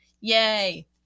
Yay